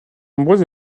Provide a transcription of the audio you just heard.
nombreux